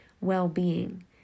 well-being